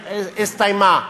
הסתיימה?